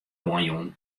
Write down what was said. oanjûn